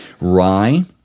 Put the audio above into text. Rye